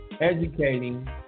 educating